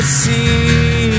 see